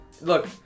Look